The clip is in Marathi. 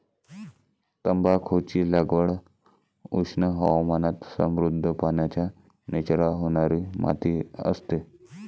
तंबाखूची लागवड उष्ण हवामानात समृद्ध, पाण्याचा निचरा होणारी माती असते